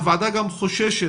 הוועדה גם חוששת,